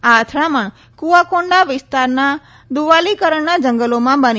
આ અથડામણ કુઆકોન્ડા વિસ્તારના દુવાલીકરણ જંગલોમાં બની